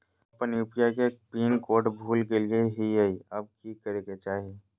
हम अपन यू.पी.आई के पिन कोड भूल गेलिये हई, अब की करे के चाही?